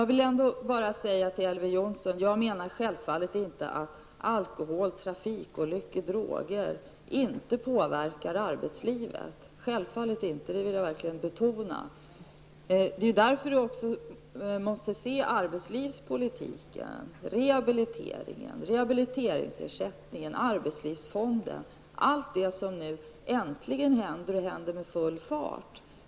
Till Elver Jonsson vill jag säga att jag självfallet inte menar att alkohol, trafikolyckor och droger inte påverkar arbetslivet -- det vill jag verkligen betona. Det är också därför som man måste se på arbetslivspolitiken, rehabiliteringen, rehabiliteringsersättningen, arbetslivsfonden -- allt det som nu äntligen händer, och händer med full fart.